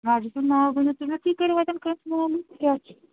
مسجِد ہُنٛد ناو ؤنِو مےٚ تُہۍ کَرِیو اَتٮ۪ن کٲنٛسہِ مولوٗم کیٛاہ چھُ